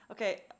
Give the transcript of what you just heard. Okay